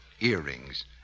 earrings